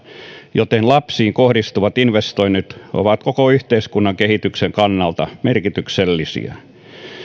joten lapsiin kohdistuvat investoinnit ovat koko yhteiskunnan kehityksen kannalta merkityksellisiä